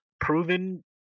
proven